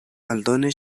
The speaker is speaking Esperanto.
aldone